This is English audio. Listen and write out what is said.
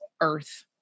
earth